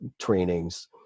trainings